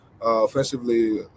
Offensively